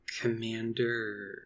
commander